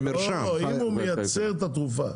הוא מייצר את התרופה,